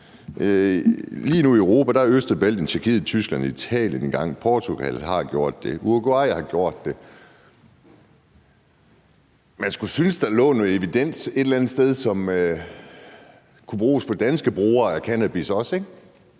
Lige nu i Europa er Østrig, Belgien, Tjekkiet, Tyskland og Italien i gang – og Portugal har gjort det. Uruguay har gjort det. Man skulle synes, at der lå noget evidens et eller andet sted, som også kunne bruges på danske brugere af cannabis. Alligevel